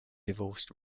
divorced